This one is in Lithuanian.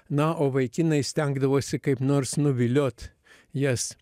na o vaikinai stengdavosi kaip nors nuviliot jas